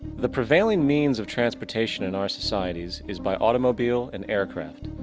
the prevailing means of transportation in our societies is by automobile and aircraft,